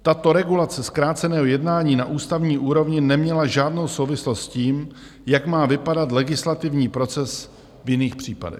Tato regulace zkráceného jednání na ústavní úrovni neměla žádnou souvislost s tím, jak má vypadat legislativní proces v jiných případech.